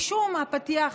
משום הפתיח,